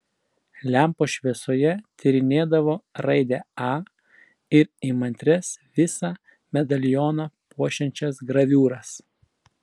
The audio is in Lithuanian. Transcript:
lempos šviesoje tyrinėdavo raidę a ir įmantrias visą medalioną puošiančias graviūras